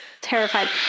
terrified